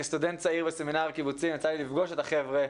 כסטודנט צעיר בסמינר הקיבוצים יצא לי לפגוש את החבר'ה,